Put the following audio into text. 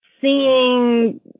seeing